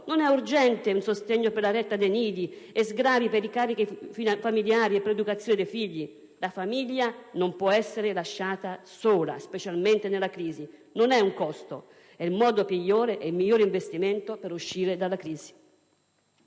non è urgente un sostegno per la retta dei nidi e sgravi per i carichi familiari e per l'educazione dei figli? La famiglia non può essere lasciata sola, specialmente nella crisi; non è un costo, è il miglior investimento per uscire dalla crisi.